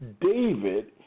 David